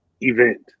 event